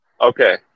Okay